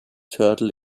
turtle